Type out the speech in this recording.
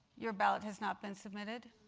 your ballot has not been submitted?